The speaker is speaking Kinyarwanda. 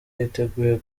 yateguye